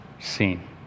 seen